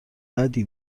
بدی